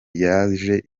yageze